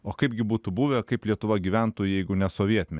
o kaipgi būtų buvę kaip lietuva gyventų jeigu ne sovietmetis